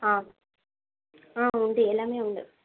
ஆ ம் உண்டு எல்லாம் உண்டு